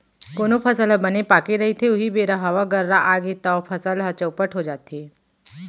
कोनो फसल ह बने पाके रहिथे उहीं बेरा म हवा गर्रा आगे तव फसल ह चउपट हो जाथे